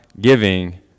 giving